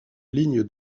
ligne